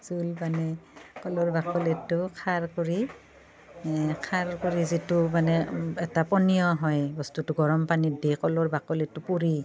জোল বনাই কলৰ বাকলিটো খাৰ কৰি খাৰ কৰি যিটো মানে এটা পনীয় হয় বস্তুটো গৰম পানীত দি কলৰ বাকলিটো পুৰি